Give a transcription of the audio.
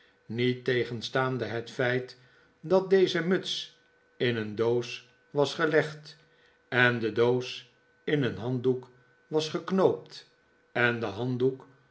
niettegenstaande het feit dat deze muts in een doos was gelegd en de doos in een handdoek was geknoopt en de handdoek